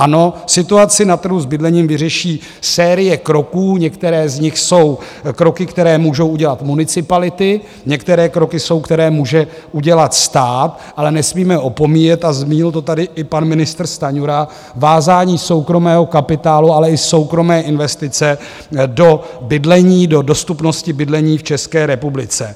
Ano, situaci na trhu s bydlením vyřeší série kroků, některé z nich jsou kroky, které můžou udělat municipality, některé kroky jsou, které může udělat stát, ale nesmíme opomíjet, a zmínil to tady i pan ministr Stanjura, vázání soukromého kapitálu, ale i soukromé investice do bydlení, do dostupnosti bydlení v České republice.